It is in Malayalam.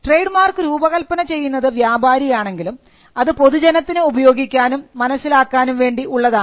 ട്രേഡ് മാർക്ക് രൂപകല്പന ചെയ്യുന്നത് വ്യാപാരി ആണെങ്കിലും അതു പൊതുജനത്തിന് ഉപയോഗിക്കാനും മനസ്സിലാക്കാനും വേണ്ടി ഉള്ളതാണ്